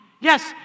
Yes